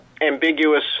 ambiguous